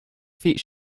feet